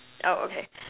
oh okay